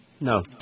No